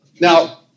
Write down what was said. Now